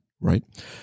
right